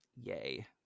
yay